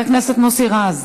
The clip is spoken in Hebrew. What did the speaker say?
חבר הכנסת מוסי רז,